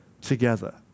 together